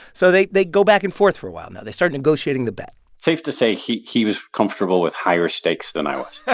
so they they go back and forth for a while. now they start negotiating the bet safe to say, he he was comfortable with higher stakes than i was yeah